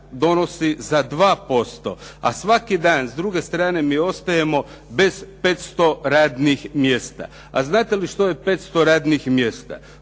donosi za 2%, a svaki dan s druge strane mi ostajemo bez 500 radnih mjesta. A znate li što je 500 radnih mjesta?